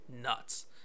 nuts